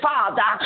Father